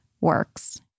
works